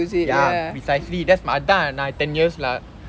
ya precisely that's அதான் நா:athaan naa ten years lah